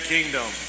Kingdom